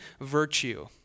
virtue